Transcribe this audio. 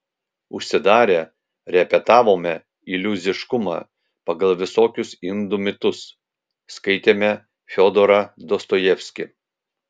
užsidarę repetavome iliuziškumą pagal visokius indų mitus skaitėme fiodorą dostojevskį